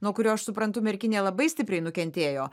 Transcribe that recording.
nuo kurio aš suprantu merkinė labai stipriai nukentėjo